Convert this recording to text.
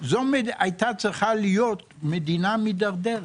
זו הייתה צריכה להיות מדינה מידרדרת.